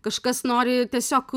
kažkas nori tiesiog